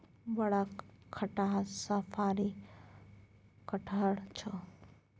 बड़ खटहा साफरी कटहड़ छौ